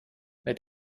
mit